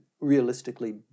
realistically